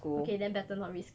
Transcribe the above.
okay then better not risk it